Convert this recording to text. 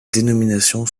dénominations